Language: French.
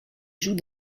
joue